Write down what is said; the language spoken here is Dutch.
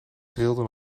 trilde